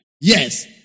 Yes